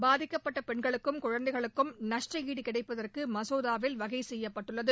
பாதிக்கப்பட்ட பெண்களுக்கும் குழந்தைகளுக்கும் நஷ்டாடு கிடைப்பதற்கு மசோதாவில் வகை செய்யப்பட்டுள்ளது